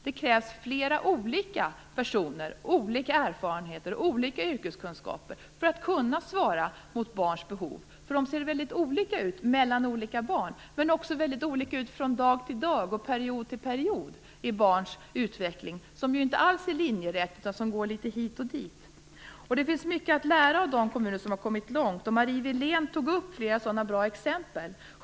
Det krävs flera olika personer med olika erfarenheter och olika yrkeskunskaper för att barns behov skall tillgodoses. Behoven ser mycket olika ut mellan olika barn. Men de är också olika från dag till dag och från period till period i barns utveckling. Den är ju inte alls linjerät utan går litet hit och dit. Det finns mycket att lära av de kommuner som har kommit långt. Marie Wilén tog upp flera bra exempel.